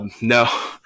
No